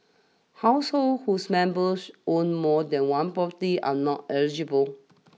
households whose members own more than one property are not eligible